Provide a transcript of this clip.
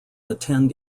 attend